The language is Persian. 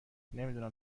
نمیدونم